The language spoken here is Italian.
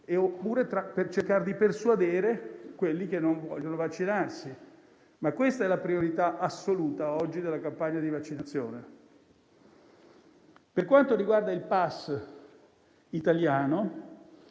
oppure cercare di persuadere quelli che non vogliono avvicinarsi, ma questa è la priorità assoluta, oggi, della campagna di vaccinazione. Per quanto riguarda il *pass* italiano,